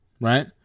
right